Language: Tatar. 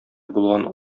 булган